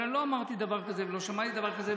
אבל אני לא אמרתי דבר כזה ולא שמעתי דבר כזה,